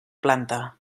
planta